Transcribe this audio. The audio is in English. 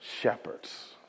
Shepherds